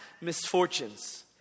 misfortunes